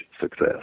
success